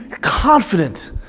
confident